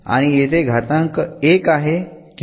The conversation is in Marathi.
आणि येथे घातांक 1 आहे किंवा टर्म ची डिग्री 1 आहे